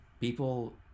people